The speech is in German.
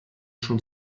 schon